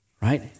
right